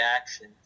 action